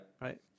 right